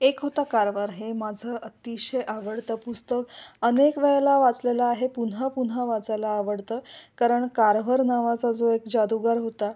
एक होता कारवार हे माझं अतिशय आवडतं पुस्तक अनेक वेळेला वाचलेलं आहे पुन्हा पुन्हा वाचायला आवडतं कारण कारवार नावाचा जो एक जादुगार होता